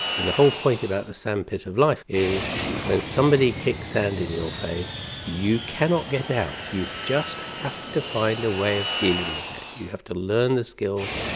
and the whole point about the sandpit of life is when somebody kicks sand in your face, you cannot get out, you just have to find a way of dealing with it, you have to learn the skills,